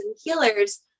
healers